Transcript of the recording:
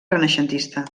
renaixentista